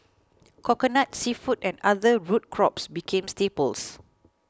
Coconut Seafood and other root crops became staples